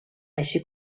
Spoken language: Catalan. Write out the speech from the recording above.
així